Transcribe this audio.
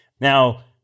Now